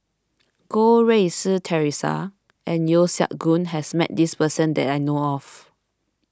Goh Rui Si theresa and Yeo Siak Goon has met this person that I know of